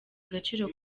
agaciro